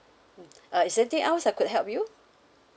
mm uh is anything else I could help you